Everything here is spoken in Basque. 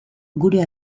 gure